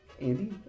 Andy